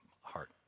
heart